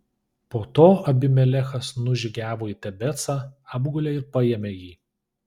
po to abimelechas nužygiavo į tebecą apgulė ir paėmė jį